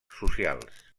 socials